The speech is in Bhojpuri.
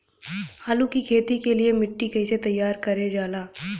आलू की खेती के लिए मिट्टी कैसे तैयार करें जाला?